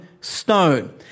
stone